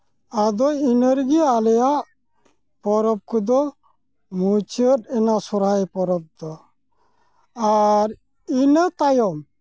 ᱟᱫᱚ ᱤᱱᱟᱹ ᱨᱮᱜᱮ ᱟᱞᱮᱭᱟᱜ ᱯᱚᱨᱚᱵᱽ ᱠᱚᱫᱚ ᱢᱩᱪᱟᱹᱫ ᱮᱱᱟ ᱥᱚᱨᱦᱟᱭ ᱯᱚᱨᱚᱵᱽ ᱫᱚ ᱟᱨ ᱤᱱᱟᱹ ᱛᱟᱭᱚᱢ